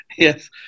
Yes